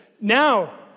Now